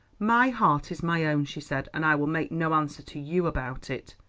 my heart is my own, she said, and i will make no answer to you about it.